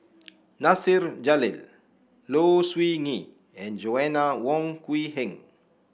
Nasir Jalil Low Siew Nghee and Joanna Wong Quee Heng